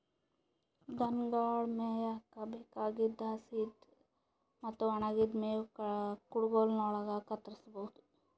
ದನಗೊಳ್ ಮೇಯಕ್ಕ್ ಬೇಕಾಗಿದ್ದ್ ಹಸಿದ್ ಮತ್ತ್ ಒಣಗಿದ್ದ್ ಮೇವ್ ಕುಡಗೊಲಿನ್ಡ್ ಕತ್ತರಸಬಹುದು